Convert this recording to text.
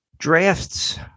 drafts